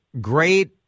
great